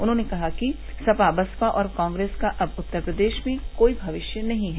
उन्होंने कहा कि सपा बसपा और कांग्रेस का अब उत्तर प्रदेश में कोई भविष्य नहीं है